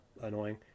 annoying